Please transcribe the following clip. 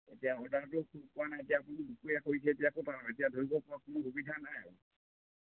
এতিয়া অৰ্ডাৰটো পোৱা নাই এতিয়া আপুনি দুপৰীয়া কৰিছে যে ক'ৰপৰা এতিয়া ধৰিব পৰা কোনো সুবিধা নাই আৰু